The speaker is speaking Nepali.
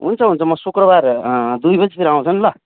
हुन्छ हुन्छ म शुक्रवार दुई बजीतिर आउँछु नि ल